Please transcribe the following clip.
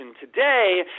today